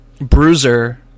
bruiser